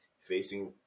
facing